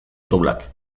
taulak